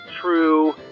true